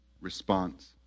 response